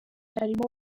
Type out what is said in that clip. harimo